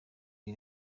iri